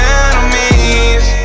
enemies